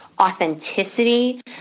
authenticity